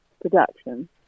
production